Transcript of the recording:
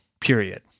period